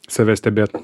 save stebėt